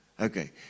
Okay